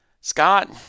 Scott